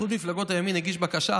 איחוד מפלגות הימין הגיש בקשה